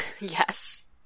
Yes